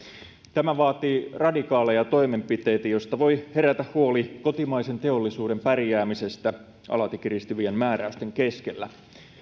tämä vaatii radikaaleja toimenpiteitä joista voi herätä huoli kotimaisen teollisuuden pärjäämisestä alati kiristyvien määräysten keskellä